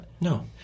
No